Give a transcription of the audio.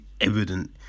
evident